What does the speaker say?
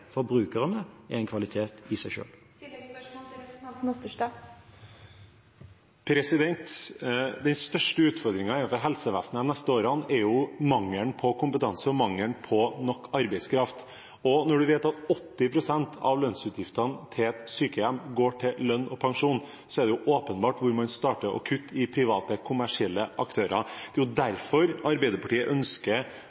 er en kvalitet i seg selv. Den største utfordringen for helsevesenet de neste årene er mangelen på kompetanse og mangelen på nok arbeidskraft. Når man vet at 80 pst. av utgiftene til et sykehjem går til lønn og pensjon, er det åpenbart hvor man starter å kutte hos private kommersielle aktører. Det er